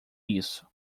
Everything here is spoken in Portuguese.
isso